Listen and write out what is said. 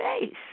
face